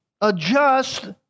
adjust